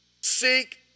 Seek